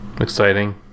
exciting